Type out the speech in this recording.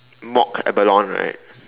mock abalone right